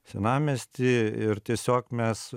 senamiesty ir tiesiog mes